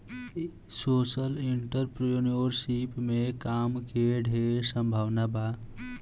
social entrepreneurship में काम के ढेर संभावना बा